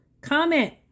Comment